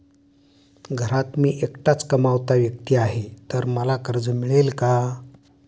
घरात मी एकटाच कमावता व्यक्ती आहे तर मला कर्ज मिळेल का?